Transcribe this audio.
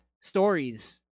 stories